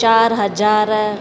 चार हज़ार